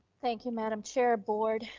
thank you madam chair, board.